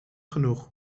genoeg